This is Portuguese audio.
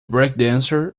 breakdancer